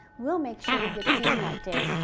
we'll make sure you get seen that day.